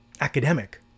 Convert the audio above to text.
academic